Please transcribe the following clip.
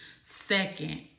second